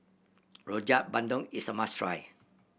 Rojak Bandung is a must try